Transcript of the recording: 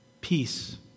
peace